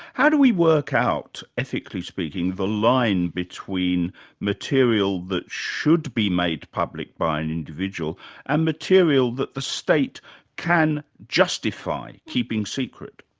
how do we work out, ethically speaking, the line between material that should be made public by an individual and material that the state can justify keeping secret?